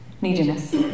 Neediness